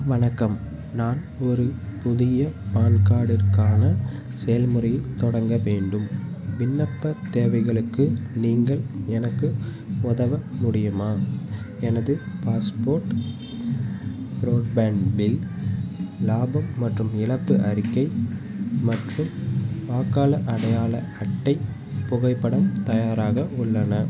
வணக்கம் நான் ஒரு புதிய பான் கார்டிற்கான செயல்முறையைத் தொடங்க வேண்டும் விண்ணப்பத் தேவைகளுக்கு நீங்கள் எனக்கு உதவ முடியுமா எனது பாஸ்போர்ட் ப்ரோட்பேண்ட் பில் லாபம் மற்றும் இழப்பு அறிக்கை மற்றும் வாக்காளர் அடையாள அட்டை புகைப்படம் தயாராக உள்ளன